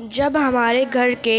جب ہمارے گھر کے